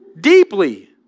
deeply